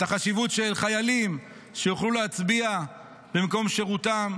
את החשיבות של חיילים שיוכלו להצביע במקום שירותם,